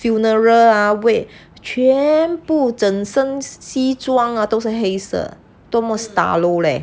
funeral lah wake 全部整身西装 ah 都是黑色多么 sta lou leh